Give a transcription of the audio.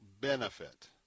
benefit